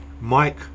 mike